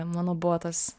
mano buvo tas